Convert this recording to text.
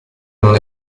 non